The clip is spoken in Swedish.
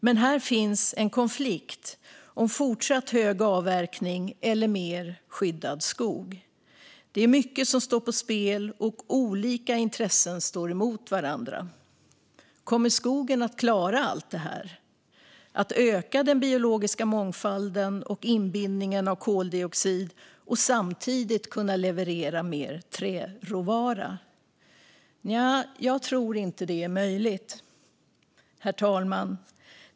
Men här finns en konflikt om fortsatt hög avverkning eller mer skyddad skog. Mycket står på spel, och olika intressen står emot varandra. Kommer skogen att klara allt detta, öka den biologiska mångfalden och inbindningen av koldioxid och samtidigt leverera mer träråvara? Nja, jag tror inte att det är möjligt. Herr talman!